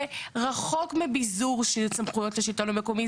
זה רחוק מביזור של סמכויות השלטון המקומי,